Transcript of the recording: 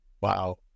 Wow